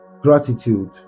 Gratitude